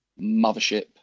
mothership